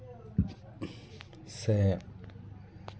ᱥᱮ